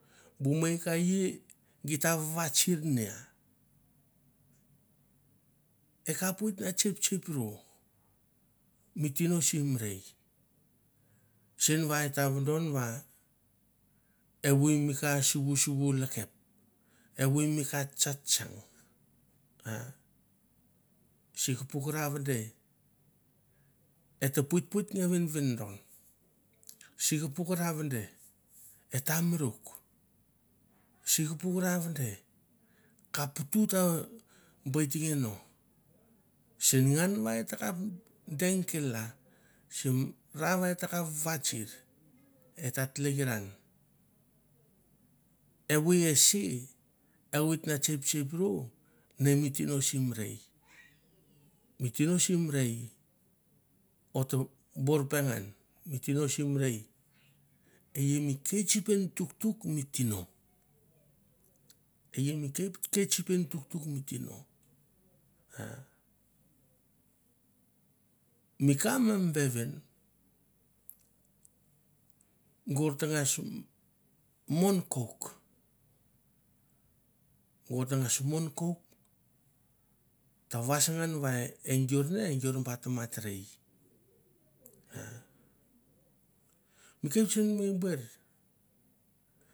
Bu mei ka i gi ta vavatsir na. E kap oit na tsep tsep ru mi tine sim rei sen va et ta vodon va et ta vodon va evoi mi ka suvu suvu lekep, evoi mi ka tsa tsang ah sik ka puk ra vende e ta poitpoit nge venvendon, sik ka puk ra vende et ta morok, si ka puk ra vende ka putu ta beit nge mo, sen ngan va e takap deng kel- la, sim ra va e takap vatsir et ta tlekiran, evoi ese e oit na tsep tsep ru ne mi tino sim rei e i mi kitsipen tuktuk mi tino, e i mi ketsipen tuktuk mi tino ah mi ka ma mi vevin gor tangas mon kouk, gor tangas mon kouk, ta vasangan va e gor ne e gor ba tamatrei mi kepneits mene buer